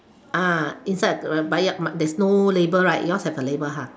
uh inside the there's no label right yours have a label ha